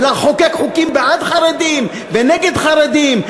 ולחוקק חוקים בעד חרדים ונגד חרדים?